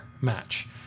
match